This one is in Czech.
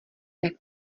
jak